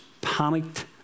panicked